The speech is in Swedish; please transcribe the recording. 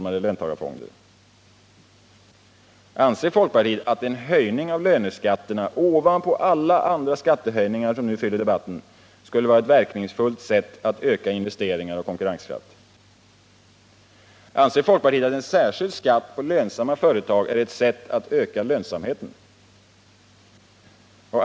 Anser folkpartiet att en höjning av löneskatterna ovanpå alla andra skattehöjningar som nu fyller debatten skulle vara ett verkningsfullt sätt att öka investeringar och konkurrenskraft? 4. Anser folkpartiet att en särskild skatt på lönsamma företag är ett sätt att öka lönsamheten? 5.